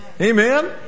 Amen